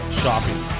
shopping